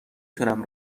تونم